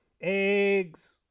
eggs